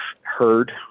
heard